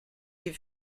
die